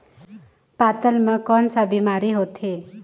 पातल म कौन का बीमारी होथे?